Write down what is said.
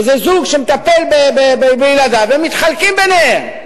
וזה זוג שמטפל בילדיו והם מתחלקים ביניהם,